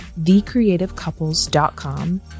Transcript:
thecreativecouples.com